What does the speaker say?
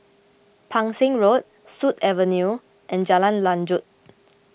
Pang Seng Road Sut Avenue and Jalan Lanjut